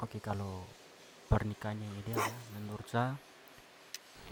Ok, kalau pernikahan yang ideal ya, menurut sa,